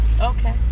okay